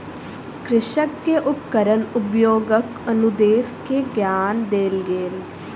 कृषक के उपकरण उपयोगक अनुदेश के ज्ञान देल गेल